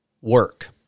work